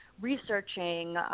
researching